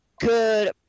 good